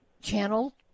channel